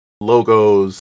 logos